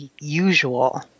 usual